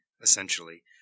essentially